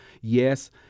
yes